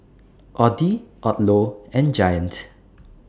Audi Odlo and Giant